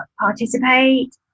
participate